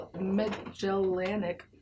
Magellanic